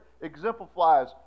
exemplifies